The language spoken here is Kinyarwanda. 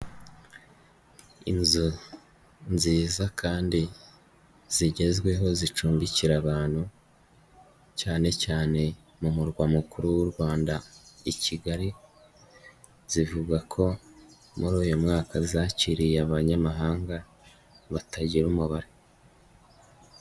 Inzu nziza kandi zigezweho zicumbikira abantu, cyane cyane mu murwa mukuru w'u Rwanda i Kigali, zivuga ko muri uyu mwaka zakiriye abanyamahanga batagira umubare.